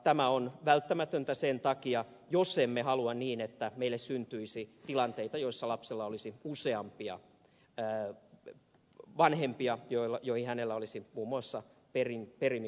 tämä on välttämätöntä jos emme halua niin että meille syntyisi tilanteita joissa lapsella olisi useampia vanhempia joihin hänellä olisi muun muassa perimisoikeus